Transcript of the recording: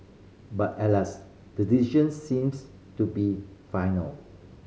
but alas the decision seems to be final